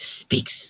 speaks